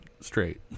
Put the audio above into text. straight